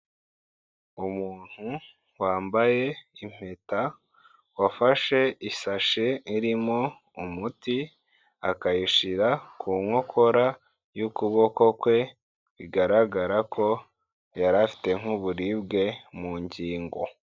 Umuntu wambaye impeta, wafashe isashi irimo umuti, akayishyira ku nkokora y'ukuboko kwe, bigaragara ko yari afite nk'uburibwe mu ngingo.